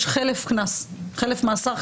יש חלף קנס, חלף מאסר.